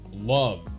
love